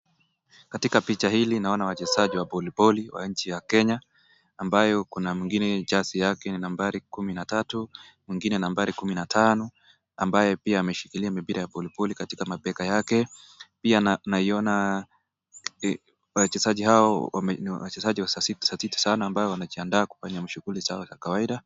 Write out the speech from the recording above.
Katika picha hili naona wachezaji wa voliboli wa nchi ya Kenya ambayo kuna mwingine jersey yake na nambari kumi na tatu, mwingine nambari kumi na tano ambaye pia ameshikilia mipira ya voliboli katika mabega yake pia naiona wachezaji hao ni wachezaji dhabiti sana ambao wamejianda kufanya shuguli zao za kawaida.